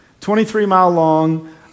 23-mile-long